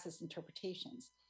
interpretations